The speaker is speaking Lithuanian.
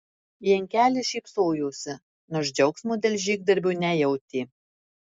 jankelis šypsojosi nors džiaugsmo dėl žygdarbio nejautė